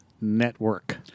Network